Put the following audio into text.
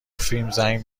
فیلم، زنگ